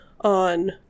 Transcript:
on